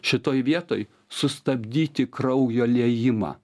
šitoj vietoj sustabdyti kraujo liejimą